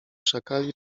szakali